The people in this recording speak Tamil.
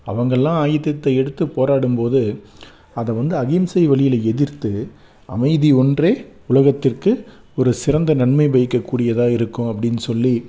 அவங்கெல்லாம் ஆயுதத்தை எடுத்து போராடும் போது அதை வந்து அகிம்சை வழியில எதிர்த்து அமைதி ஒன்றே உலகத்திற்கு ஒரு சிறந்த நன்மை பயக்க கூடியதாக இருக்கும் அப்படினு சொல்லி